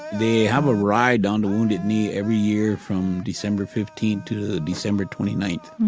they have a ride down to wounded knee every year from december fifteenth to december twenty ninth.